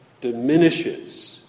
diminishes